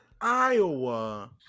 Iowa